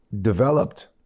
developed